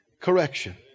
correction